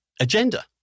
agenda